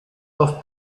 auf